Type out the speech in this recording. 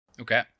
Okay